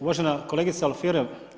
Uvažena kolegice Alfirev.